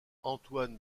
antoine